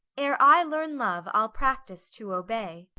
ere i learn love, i'll practise to obey.